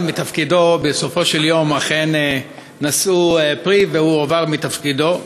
מתפקידו בסופו של יום אכן נשאו פרי והוא הועבר מתפקידו.